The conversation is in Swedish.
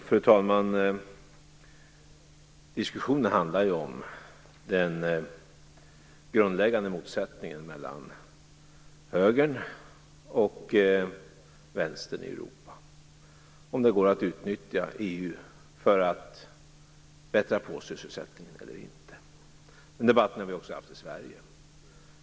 Fru talman! Diskussionen handlar om den grundläggande motsättningen mellan högern och vänstern i Europa om huruvida det går att utnyttja EU för att bättra på sysselsättningen eller inte. Denna debatt har vi haft också i Sverige.